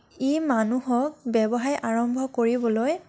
ই মানুহক ব্য়ৱসায় আৰম্ভ কৰিবলৈ